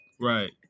right